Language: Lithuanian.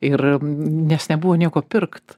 ir nes nebuvo nieko pirkt